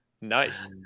Nice